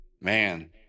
Man